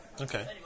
Okay